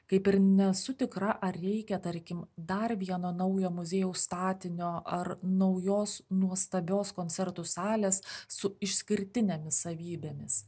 kaip ir nesu tikra ar reikia tarkim dar vieno naujo muziejaus statinio ar naujos nuostabios koncertų salės su išskirtinėmis savybėmis